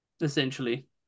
essentially